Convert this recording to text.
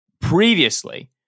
Previously